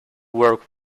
work